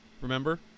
remember